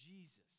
Jesus